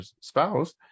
spouse